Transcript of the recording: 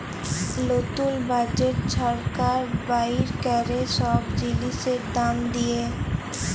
লতুল বাজেট ছরকার বাইর ক্যরে ছব জিলিসের দাম দিঁয়ে